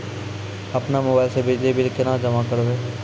अपनो मोबाइल से बिजली बिल केना जमा करभै?